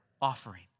offering